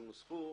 נוסחו,